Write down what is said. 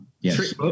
Yes